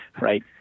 right